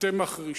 אתם מחרישים.